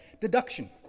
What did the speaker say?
Deduction